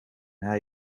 hij